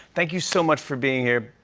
thank you so much for being here.